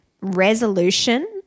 resolution